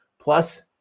plus